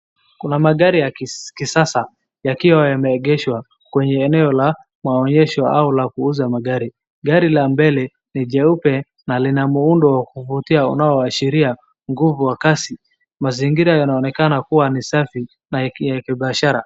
kuna magari ya kisasa yakiwa yameegeshwa kwenye eneo ya maonyesho au la kuuza magari , gari la mbele ni jeupe na lina muundo la kuvutia linaloashiria nguvu wa kasi. Mazingira yanaonekana kuwa ni safi na ya kibiashara.